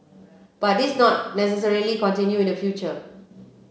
but this not necessarily continue in the future